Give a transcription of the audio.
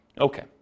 Okay